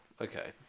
Okay